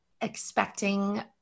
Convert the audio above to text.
expecting